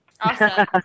Awesome